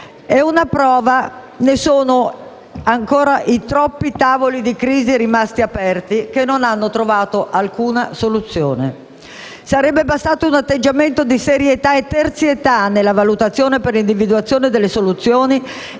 prova ne sono i troppi tavoli di crisi rimasti ancora aperti che non hanno trovato alcuna soluzione. Sarebbe bastato un atteggiamento di serietà e terzietà nella valutazione per l'individuazione delle soluzioni